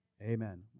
Amen